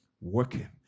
working